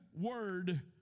word